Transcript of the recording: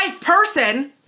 person